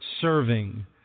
serving